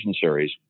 series